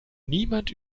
niemand